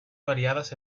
variadas